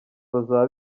bazaba